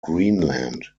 greenland